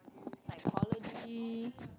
psychology